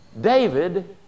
David